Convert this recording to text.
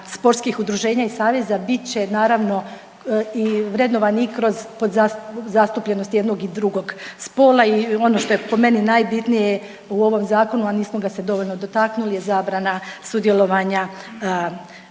sportskih udruženja i saveza, bit će naravno, vrednovanje i kroz zastupljenosti jednog i drugog spola i ono što je po meni najbitnije u ovom Zakonu, a nismo ga se dovoljno dotaknuli je zabrana sudjelovanja